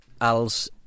Al's